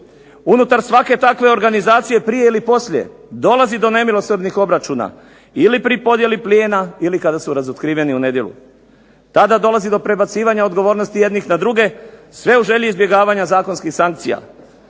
Unutar svake takve organizacije prije ili poslije dolazi do nemilosrdnih obračuna ili pri podjeli plijena ili kada su razotkriveni u nedjelu. Tada dolazi do prebacivanja odgovornosti jednih na druge sve u želji izbjegavanja zakonskih sankcija.